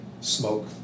smoke